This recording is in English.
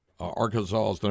Arkansas